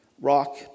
Rock